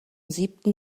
siebten